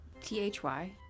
T-H-Y